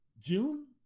June